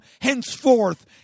henceforth